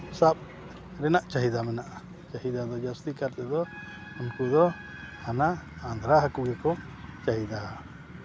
ᱥᱟᱵ ᱨᱮᱱᱟᱜ ᱪᱟᱹᱦᱤᱫᱟ ᱫᱚ ᱢᱮᱱᱟᱜᱼᱟ ᱪᱟᱹᱦᱤᱫᱟ ᱫᱚ ᱡᱟᱹᱥᱛᱤ ᱠᱟᱨ ᱛᱮᱫᱚ ᱩᱱᱠᱩ ᱫᱚ ᱦᱟᱱᱟ ᱦᱟᱹᱠᱩ ᱜᱮᱠᱚ ᱪᱟᱹᱦᱤᱫᱟᱣᱟ